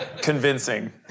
Convincing